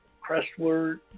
Crestwood